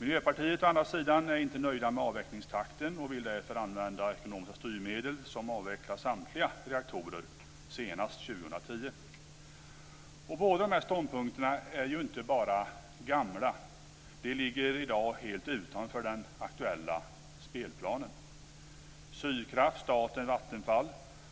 Miljöpartiet är å andra sidan inte nöjt med avvecklingstakten och vill därför använda ekonomiska styrmedel som avvecklar samtliga reaktorer senast år 2010. Båda dessa ståndpunkter är ju inte bara gamla, de ligger i dag helt utanför den aktuella spelplanen. Sydkraft, staten och Vattenfall